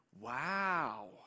wow